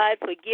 forgive